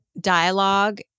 dialogue